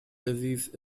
disease